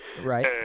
Right